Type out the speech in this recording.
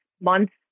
months